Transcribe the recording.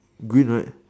green right